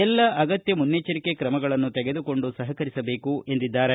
ಎಲ್ಲ ಅಗತ್ಯ ಮುನ್ನೆಚ್ಚರಿಕೆ ಕ್ರಮಗಳನ್ನು ತೆಗೆದುಕೊಂಡು ಸಹಕರಿಸಬೇಕು ಎಂದಿದ್ದಾರೆ